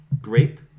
Grape